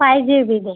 five ಜಿದು ಇದೆ